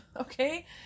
okay